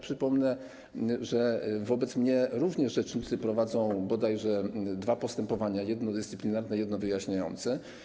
Przypomnę, że wobec mnie rzecznicy prowadzą bodajże dwa postępowania: jedno dyscyplinarne, jedno wyjaśniające.